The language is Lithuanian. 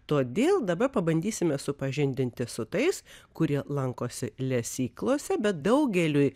todėl dabar pabandysime supažindinti su tais kurie lankosi lesyklose bet daugeliui